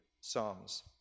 psalms